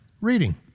reading